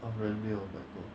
of 人没有买过